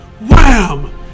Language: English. wham